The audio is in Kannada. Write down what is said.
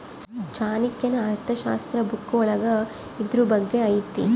ಚಾಣಕ್ಯನ ಅರ್ಥಶಾಸ್ತ್ರ ಬುಕ್ಕ ಒಳಗ ಇದ್ರೂ ಬಗ್ಗೆ ಐತಿ